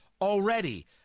already